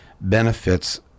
benefits